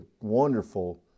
wonderful